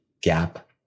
Gap